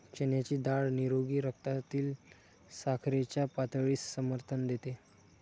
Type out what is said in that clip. चण्याची डाळ निरोगी रक्तातील साखरेच्या पातळीस समर्थन देते